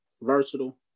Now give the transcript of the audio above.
versatile